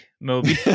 Moby